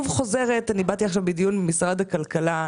אני באתי עכשיו מדיון עם משרד הכלכלה,